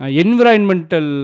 environmental